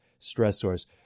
stressors